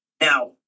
Now